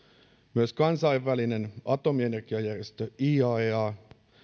myös kansainvälinen atomienergiajärjestö iaea